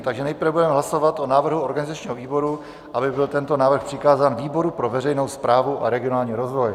Takže nejprve budeme hlasovat o návrhu organizačního výboru, aby byl tento návrh přikázán výboru pro veřejnou správu a regionální rozvoj.